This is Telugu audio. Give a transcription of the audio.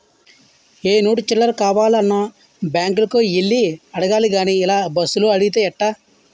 ఏ నోటు చిల్లర కావాలన్నా బాంకులకే యెల్లి అడగాలి గానీ ఇలా బస్సులో అడిగితే ఎట్టా